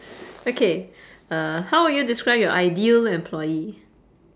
okay uh how would you describe your ideal employee